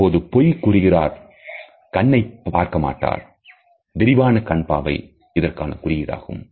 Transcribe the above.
இப்போது பொய் கூறுகிறார் கண்ணை பார்க்க மாட்டார் விரிவான கண் பார்வை இதற்கான குறியீடாகும்